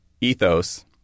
ethos